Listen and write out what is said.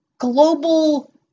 global